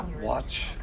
watch